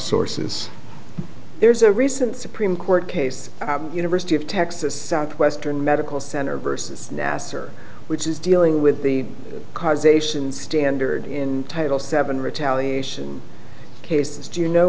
sources there's a recent supreme court case university of texas southwestern medical center versus nassar which is dealing with the causation standard in title seven retaliation cases do you know